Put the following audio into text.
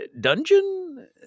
Dungeon